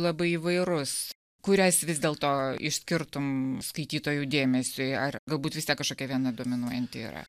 labai įvairus kurias vis dėl to išskirtum skaitytojų dėmesiui ar galbūt vis tiek kažkokia viena dominuojanti yra